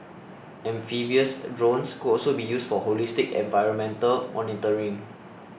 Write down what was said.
amphibious drones could also be used for holistic environmental monitoring